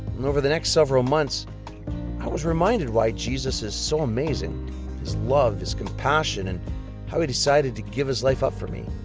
over the next several months i was reminded why jesus is so amazing. his love, his compassion, and how he decided to give his life up for me.